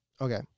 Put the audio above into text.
Okay